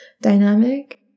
dynamic